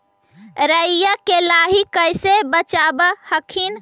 राईया के लाहि कैसे बचाब हखिन?